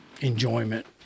enjoyment